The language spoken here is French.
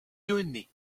lyonnais